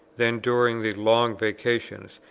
then, during the long vacations,